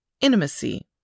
Intimacy